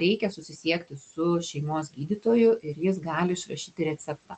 reikia susisiekti su šeimos gydytoju ir jis gali išrašyti receptą